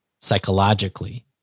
psychologically